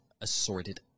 assorted